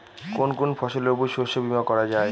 কোন কোন ফসলের উপর শস্য বীমা করা যায়?